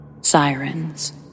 Sirens